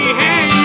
hey